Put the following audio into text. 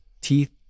Teeth